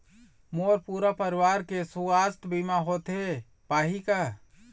मोर पूरा परवार के सुवास्थ बीमा होथे पाही का?